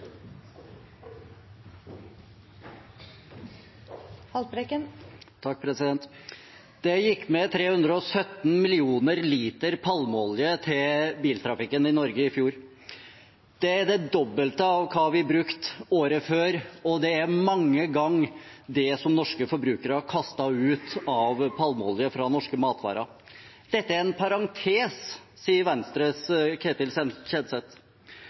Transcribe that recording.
Det gikk med 317 millioner liter palmeolje til biltrafikken i Norge i fjor. Det er det dobbelte av det vi brukte året før, og det er mange ganger det som norske forbrukere kastet ut av palmeolje fra norske matvarer. Dette er en parentes, sier Venstres Ketil Kjenseth.